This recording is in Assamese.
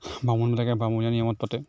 বামুণবিলাকে বামুণীয়া নিয়মত পাতে